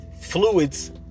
fluids